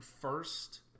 first